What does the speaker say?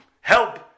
help